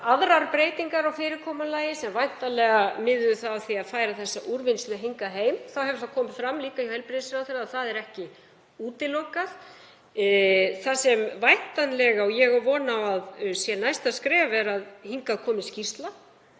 aðrar breytingar á fyrirkomulagi, sem væntanlega miðuðu þá að því að færa þessa úrvinnslu hingað heim og það hefur komið fram hjá heilbrigðisráðherra að það er ekki útilokað. Það sem ég á von á að sé næsta skref er að hingað komi skýrsla